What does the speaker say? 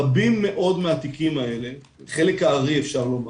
רבים מאוד מהתיקים האלה, החלק הארי אפשר לומר,